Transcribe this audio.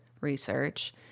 research